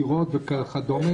דירות וכדומה?